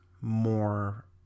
more